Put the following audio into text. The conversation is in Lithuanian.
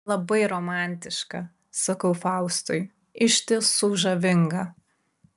labai romantiška sakau faustui iš tiesų žavinga